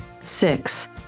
Six